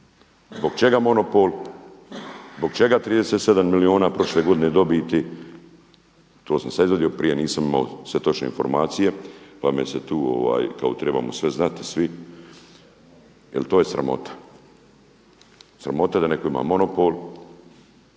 Zbog čega monopol, zbog čega 37 milijuna prošle godine dobiti, to sam sada izvadio, prije nisam imao sve točne informacije pa me se tu, kao trebamo sve znati svi jer to je sramota. Sramota je da netko ima monopol,